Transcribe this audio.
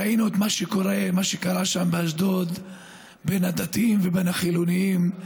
ראינו את מה שקרה שם באשדוד בין הדתיים לבין החילונים.